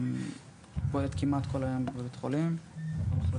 היא פועלת כמעט כל היום בבית חולים במחלקות.